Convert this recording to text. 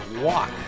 walk